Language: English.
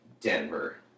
Denver